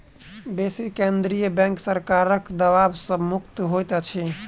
बेसी केंद्रीय बैंक सरकारक दबाव सॅ मुक्त होइत अछि